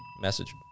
Message